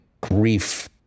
grief